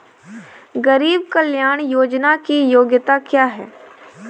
गरीब कल्याण योजना की योग्यता क्या है?